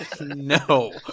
No